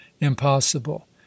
Impossible